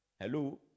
hello